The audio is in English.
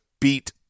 beat